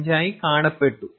5 ആയി കാണപ്പെട്ടു